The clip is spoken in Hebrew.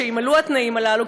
כשיתמלאו התנאים הללו,